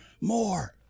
more